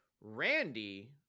Randy